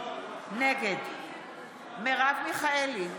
נגד מרב מיכאלי,